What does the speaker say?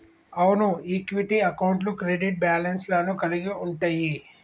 అవును ఈక్విటీ అకౌంట్లు credit balance లను కలిగి ఉంటయ్యి